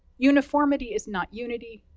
uniformity is not unity.